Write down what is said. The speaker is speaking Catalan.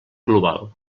global